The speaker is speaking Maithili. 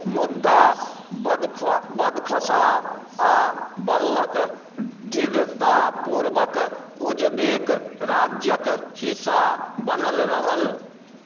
मुदा बदख्शाँ आ बल्ख दृढ़तापूर्वक उजबेक राज्यक हिस्सा बनल रहल